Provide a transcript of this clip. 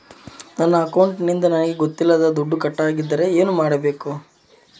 ನನ್ನ ಅಕೌಂಟಿಂದ ನನಗೆ ಗೊತ್ತಿಲ್ಲದೆ ದುಡ್ಡು ಕಟ್ಟಾಗಿದ್ದರೆ ಏನು ಮಾಡಬೇಕು?